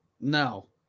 no